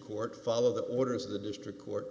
court follow the orders of the district court